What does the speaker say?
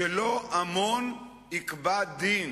שלא המון יקבע דין.